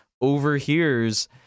overhears